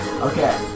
Okay